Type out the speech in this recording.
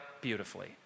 beautifully